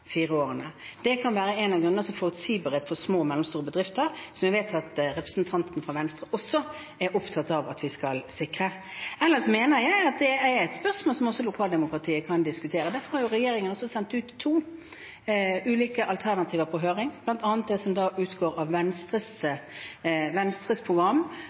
årene. Det kan være en av grunnene, altså forutsigbarhet for små og mellomstore bedrifter – som jeg vet at representanten fra Venstre også er opptatt av at vi skal sikre. Ellers mener jeg at dette er et spørsmål som også lokaldemokratiet kan diskutere. Derfor har regjeringen sendt ut to ulike alternativer på høring, bl.a. det som utgår av Venstres program,